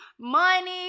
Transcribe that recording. money